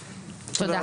תודה.